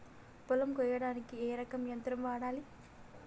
పొలం కొయ్యడానికి ఏ రకం యంత్రం వాడాలి?